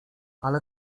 ale